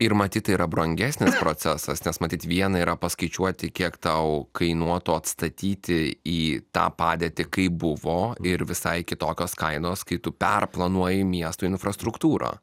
ir matyt tai yra brangesnis procesas nes matyt viena yra paskaičiuoti kiek tau kainuotų atstatyti į tą padėtį kaip buvo ir visai kitokios kainos kai tu perplanuoji miesto infrastruktūrą